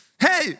Hey